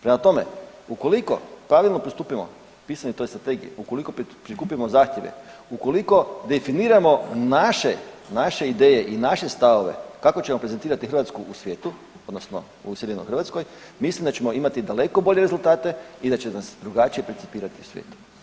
Prema tome, ukoliko pravilno postupimo pisanju toj strategiji, ukoliko prikupimo zahtjeve, ukoliko definiramo naše, naše ideje i stavove kako ćemo prezentirati Hrvatsku u svijetu odnosno u iseljenoj Hrvatskoj mislim da ćemo imati daleko bolje rezultate i da će nas drugačije percipirati svijet.